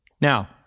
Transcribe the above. Now